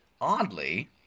oddly